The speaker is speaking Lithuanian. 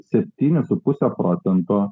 septyni su puse procento